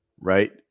right